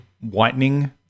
whitening